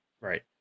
Right